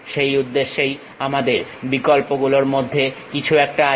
সেই উদ্দেশ্যে আমাদের বিকল্প গুলোর মধ্যে কিছু একটা আছে